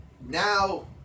now